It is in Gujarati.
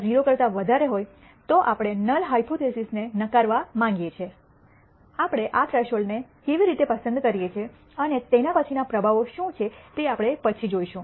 0 કરતા વધારે હોય તો આપણે નલ હાયપોથીસિસને નકારવા માંગીએ છીએ આપણે આ થ્રેશોલ્ડ કેવી રીતે પસંદ કરીએ છીએ અને તેના પછીના પ્રભાવો શું છે તે આપણે પછી જોઈશું